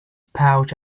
pouch